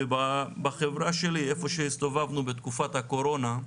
ובחברה שלי איפה שהסתובבנו בתקופת הקורונה,